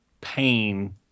pain